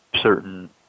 certain